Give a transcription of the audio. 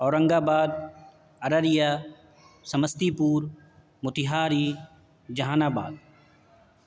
اورنگ آباد ارریا سمستی پور موتیہاری جہان آباد